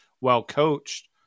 well-coached